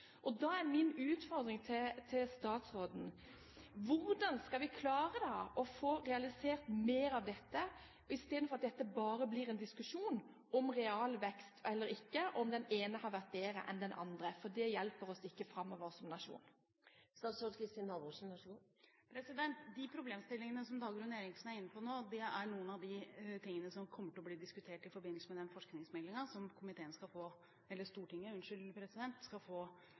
Da er min utfordring til statsråden: Hvordan skal vi klare å få realisert mer av dette i stedet for at dette bare blir en diskusjon om realvekst eller ikke, og om den ene har vært bedre enn den andre? For det hjelper oss ikke framover som nasjon. De problemstillingene som Dagrun Eriksen er inne på, er noen av de tingene som kommer til å bli diskutert i forbindelse med den forskingsmeldingen som Stortinget skal få